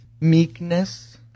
Meekness